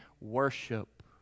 Worship